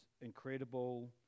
incredible